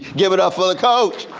give it up for the coach,